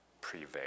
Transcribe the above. prevail